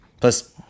Plus